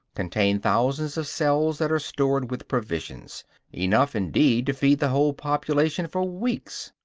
contains thousands of cells that are stored with provisions enough, indeed, to feed the whole population for weeks.